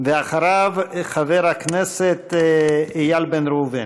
ואחריו, חבר הכנסת איל בן ראובן.